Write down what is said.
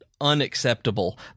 unacceptable